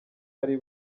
ari